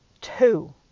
Two